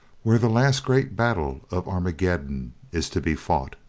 where the last great battle of armageddon is to be fought.